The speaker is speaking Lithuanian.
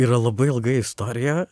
yra labai ilga istorija